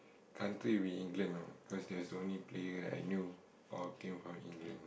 country will be England cause there's only player I knew all came from England